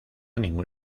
ningún